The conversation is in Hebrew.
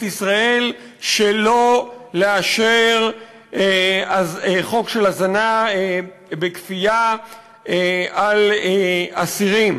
ישראל שלא לאשר חוק של הזנה בכפייה של אסירים.